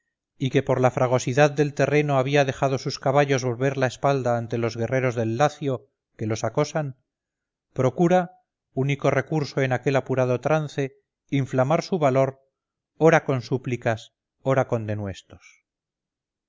y que por la fragosidad del terreno había dejado sus caballos volver la espalda ante los guerreros del lacio que los acosan procura único recurso en aquel apurado trance inflamar su valor ora con súplicas ora con denuestos